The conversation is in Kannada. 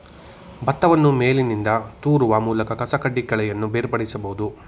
ಭತ್ತವನ್ನು ಮೇಲಿನಿಂದ ತೂರುವ ಮೂಲಕ ಕಸಕಡ್ಡಿ ಕಳೆಯನ್ನು ಬೇರ್ಪಡಿಸಬೋದು